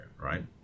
right